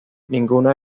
ninguna